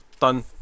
done